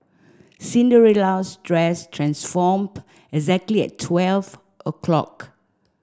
Cinderella's dress transformed exactly at twelve o'clock